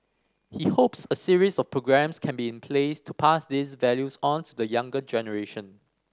he hopes a series of programmes can be in place to pass these values on to the younger generation